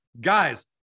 guys